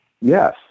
Yes